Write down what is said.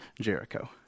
Jericho